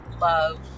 love